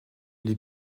les